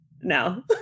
No